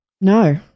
No